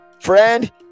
friend